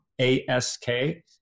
A-S-K